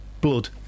Blood